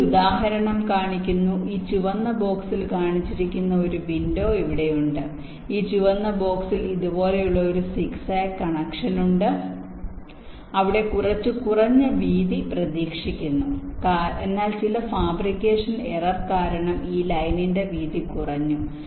ഞാൻ ഒരു ഉദാഹരണം കാണിക്കുന്നു ഈ ചുവന്ന ബോക്സിൽ കാണിച്ചിരിക്കുന്ന ഒരു വിൻഡോ ഇവിടെയുണ്ട് ഈ ചുവന്ന ബോക്സിൽ ഇതുപോലുള്ള ഒരു സിഗ്സാഗ് കണക്ഷൻ ഉണ്ട് അവിടെ കുറച്ച് കുറഞ്ഞ വീതി പ്രതീക്ഷിക്കുന്നു എന്നാൽ ചില ഫാബ്രിക്കേഷൻ എറർ കാരണം ഈ ലൈനിന്റെ വീതി കുറഞ്ഞു